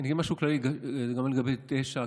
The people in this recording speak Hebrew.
אני אגיד משהו כללי גם לגבי 9,